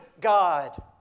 God